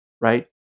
right